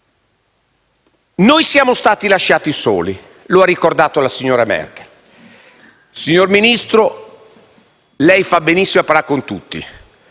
Noi siamo stati lasciati soli, lo ha ricordato la signora Merkel. Signor Ministro, lei fa benissimo a parlare con tutti,